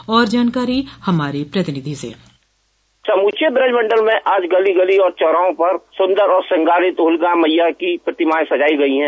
और जानकारी हमारे प्रतिनिधि से समूचे ब्रज मण्डल में आज गली गली और चौराहों पर सुन्दर और श्रृंगारित होलिका मैया की प्रतिमायें सजायी गयी हैं